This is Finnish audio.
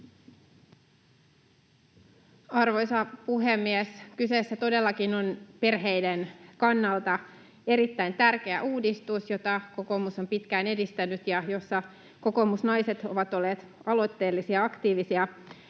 Arvoisa puhemies! Kyseessä todellakin on perheiden kannalta erittäin tärkeä uudistus, jota kokoomus on pitkään edistänyt ja jossa kokoomusnaiset ovat olleet aloitteellisia ja aktiivisia.